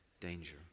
danger